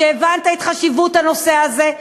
על כך שהבנת את חשיבותו של הנושא הזה.